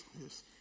yes